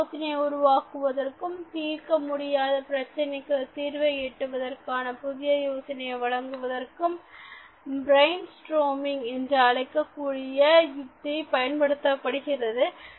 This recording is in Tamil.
புதிய யோசனை உருவாக்குவதற்கும் தீர்க்கமுடியாத பிரச்சினைக்கு தீர்வை எட்டுவதற்கான புதிய யோசனைகளை வழங்குவதற்கும் பிரைன்ஸ்டாமிங் என்று அழைக்க கூடிய யுத்தி பயன்படுத்தப்படுகிறது